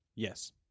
Yes